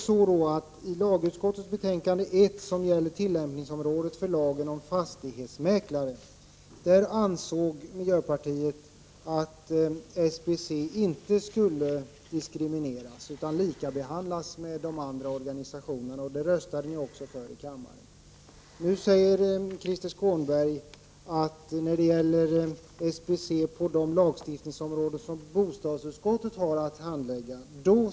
När vi behandlade lagutskottets betänkande 1, som gäller tillämpningsområdet för lag om fastighetsmäklare, ansåg miljöpartiet att SBC inte skulle diskrimineras utan behandlas likadant som de andra organisationerna. Det röstade ni i miljöpartiet också för i kammaren. Nu säger Krister Skånberg att SBC fortfarande skall diskrimineras när det gäller de lagstiftningsområden som bostadsutskottet har att handlägga.